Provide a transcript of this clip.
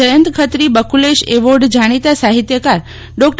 જયંત ખત્રી બકુલેશ એવોર્ક જાણીતા સાહિત્યકાર ર્ડા